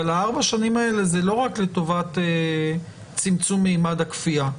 אבל ה-4 שנים האלה הן לא רק לטובת צמצומים עד הכפייה.